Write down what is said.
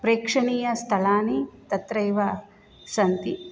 प्रेक्षणीयस्थलानि तत्र एव सन्ति